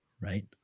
right